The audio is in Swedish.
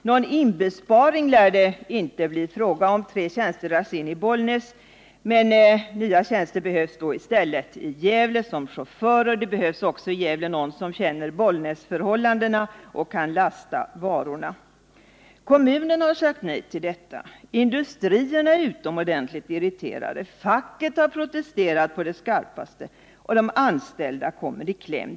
Någon inbesparing lär det dock inte bli fråga om. Tre tjänster dras in i Bollnäs, men nya tjänster som chaufförer behövs i stället i Gävle. Det behövs också någon i Gävle som känner Bollnäsförhållandena och kan lasta varorna. Kommunen har sagt nej till detta. Industrierna är utomordentligt irriterade. Facket har protesterat på det skarpaste, och de anställda kommer i kläm.